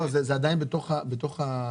לא תמיד יש